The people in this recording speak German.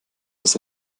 das